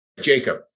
Jacob